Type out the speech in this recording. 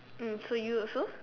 mm so you also